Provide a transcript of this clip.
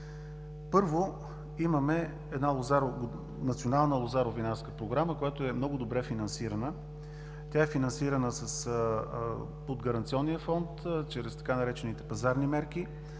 Първо, имаме Национална лозаро-винарска програма, която е много добре финансирана. Тя е финансирана от Гаранционния фонд чрез така наречените „пазарни мерки“,